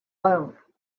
loan